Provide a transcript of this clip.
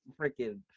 freaking